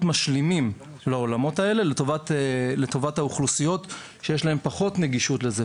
משלימים לעולמות האלו לטובת האוכלוסיות שיש להן פחות נגישות לזה,